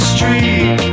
Street